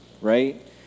right